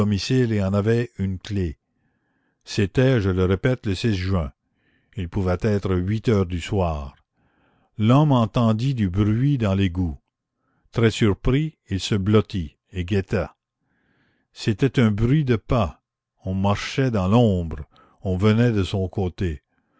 domicile et en avait une clef c'était je le répète le juin il pouvait être huit heures du soir l'homme entendit du bruit dans l'égout très surpris il se blottit et guetta c'était un bruit de pas on marchait dans l'ombre on venait de son côté